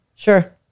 sure